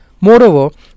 Moreover